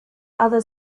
other